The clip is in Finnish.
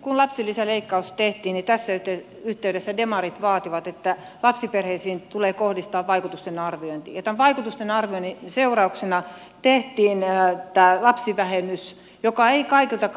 kun lapsilisäleikkaus tehtiin demarit vaativat että lapsiperheisiin tulee kohdistaa vaikutusten arviointi ja tämän vaikutusten arvioinnin seurauksena tehtiin tämä lapsivähennys joka ei kaikilta